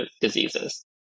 diseases